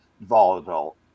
volatile